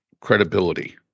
credibility